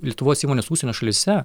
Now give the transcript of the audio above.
lietuvos įmonės užsienio šalyse